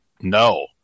no